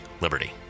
Liberty